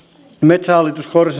arvoisa puhemies